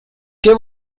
que